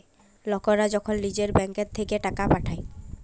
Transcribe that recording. লকরা যখল লিজের ব্যাংক থ্যাইকে টাকা পাঠায়